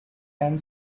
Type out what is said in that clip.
and